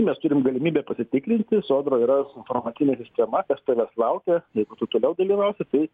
mes turim galimybę pasitikrinti sodroj yra informacinė sistema kas tavęs laukia jeigu tu toliau dalyvausi tai